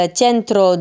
centro